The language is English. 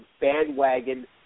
bandwagon